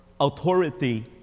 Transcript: authority